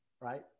right